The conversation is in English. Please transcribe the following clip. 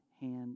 hand